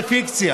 זה פיקציה